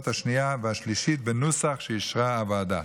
השנייה והשלישית בנוסח שאישרה הוועדה.